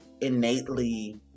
innately